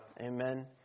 Amen